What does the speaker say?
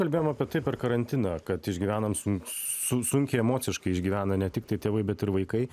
kalbėjom apie tai per karantiną kad išgyvenam sun su sunkiai emociškai išgyvena ne tik tai tėvai bet ir vaikai